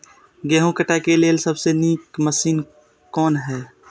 गेहूँ काटय के लेल सबसे नीक मशीन कोन हय?